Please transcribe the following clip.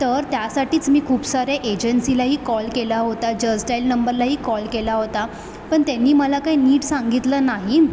तर त्यासाठीच मी खूप सारे एजन्सीलाही कॉल केला होता जस्ट डायल नंबरलाही कॉल केला होता पण त्यांनी मला काय नीट सांगितलं नाही